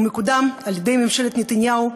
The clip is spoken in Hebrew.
מקודם על-ידי ממשלת נתניהו.